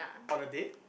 on a date